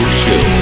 show